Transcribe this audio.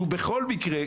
שהוא בכל מקרה,